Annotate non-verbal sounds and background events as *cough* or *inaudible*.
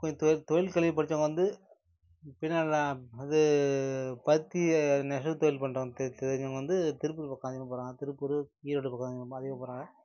கொஞ் தொழில் தொழில் கல்வி படிச்சவன் வந்து *unintelligible* அது பருத்தி அது நெசவு தொழில் பண்ணுறவன் தெ தெரிஞ்சவங்க வந்து திருப்பூர் பக்கம் அதிகமாக போகிறாங்க திருப்பூர் ஈரோடு பக்கம் அதிகமாக அதிகம் போகிறாங்க